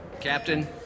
Captain